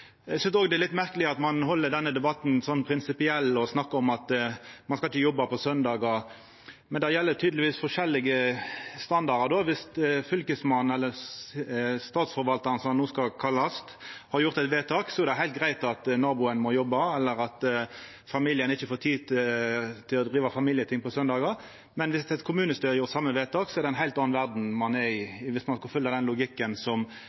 Eg synest òg det er merkeleg at ein held denne debatten så prinsipiell og snakkar om at ein ikkje skal jobba på søndagar. Men det gjeld tydelegvis forskjellige standardar, for viss Fylkesmannen, eller Statsforvaltaren, som han no skal kallast, har gjort eit vedtak, så er det heilt greitt at naboen må jobba, eller at familien ikkje får tid til å driva med familieting på søndagar. Men viss eit kommunestyre har gjort same vedtak, så er det ei heilt anna verd ein er i, om ein skal følgja den logikken som